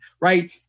right